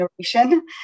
generation